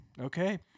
Okay